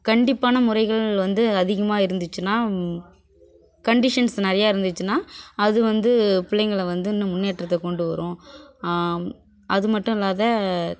கண்டிப்பான முறைகள் வந்து அதிகமாக இருந்துச்சின்னா கண்டிஷன்ஸ் நிறைய இருந்துச்சின்னா அது வந்து பிள்ளைங்கள வந்து இன்னும் முன்னேற்றத்தை கொண்டு வரும் அது மட்டும் இல்லாத